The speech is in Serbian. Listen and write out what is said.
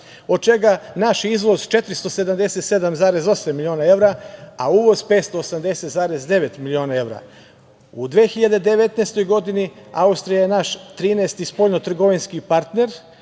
od čega naš izvoz 477,8 miliona evra, a uvoz 580,9 miliona evra.U 2019. godini Austrija je naš 13. spoljno-trgovinski partner